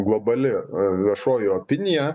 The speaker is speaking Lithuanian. globali viešoji opinija